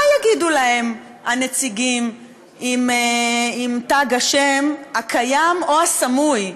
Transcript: מה יגידו להם הנציגים עם תג השם הקיים או הסמוי,